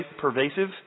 pervasive